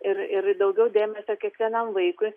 ir ir daugiau dėmesio kiekvienam vaikui